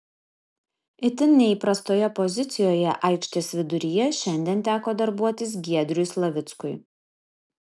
itin neįprastoje pozicijoje aikštės viduryje šiandien teko darbuotis giedriui slavickui